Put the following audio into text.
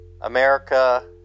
America